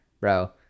bro